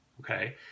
okay